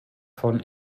von